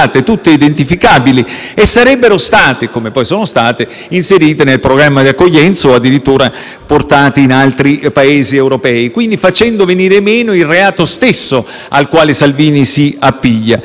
portate in altri Paesi europei, quindi facendo venire meno il reato stesso al quale Salvini si appiglia. Pertanto, sebbene sia un obbligo costituzionalmente rilevante proteggere gli interessi dello Stato,